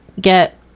get